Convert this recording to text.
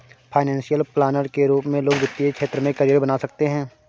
financial planner के रूप में लोग वित्तीय क्षेत्र में करियर बना सकते हैं